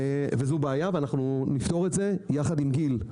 זו בעיה ואנחנו נפתור את זה יחד עם גיל,